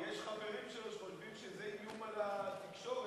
כי יש חברים שלו שחושבים שזה איום על התקשורת,